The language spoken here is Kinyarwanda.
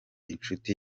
inshuti